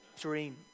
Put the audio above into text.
dream